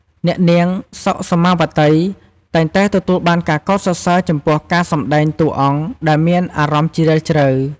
អ្នកនាង សុខ សោម៉ាវត្តី តែងតែទទួលបានការសរសើរចំពោះការសម្តែងតួអង្គដែលមានអារម្មណ៍ជ្រាលជ្រៅ។